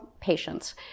patients